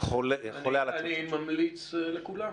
אני ממליץ לכולם.